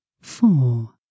Four